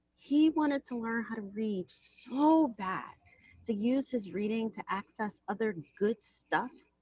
he wanted to learn how to read so bad to use his reading to access other good stuff,